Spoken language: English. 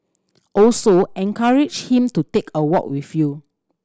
also encourage him to take a walk with you